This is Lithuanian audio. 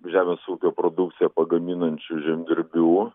žemės ūkio produkciją pagaminančių žemdirbių